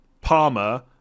Palmer